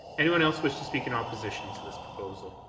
anyone else wish to speak in opposition to this proposal?